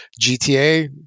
GTA